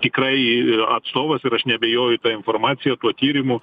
tikrai atstovas ir aš neabejoju ta informacija tuo tyrimu